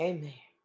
Amen